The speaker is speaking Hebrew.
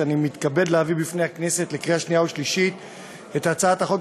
אני קובע כי הכנסת אישרה את הודעתו של חבר